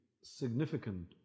significant